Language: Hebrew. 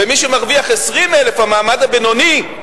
ומי שמרוויח 20,000, המעמד הבינוני,